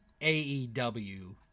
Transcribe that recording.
AEW